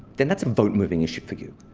then that's a vote moving issue for you.